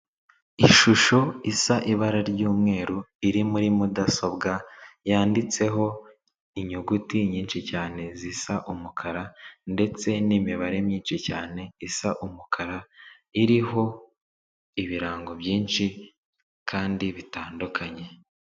Ishusho isa ibara ry'umweru iri muri mudasobwa, yanditseho inyuguti nyinshi cyane zisa umukara ndetse n'imibare myinshi cyane isa umukara iriho ibirango byinshi kandi bitandukanye.